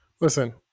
Listen